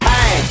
Hey